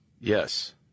Yes